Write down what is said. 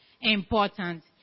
important